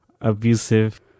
abusive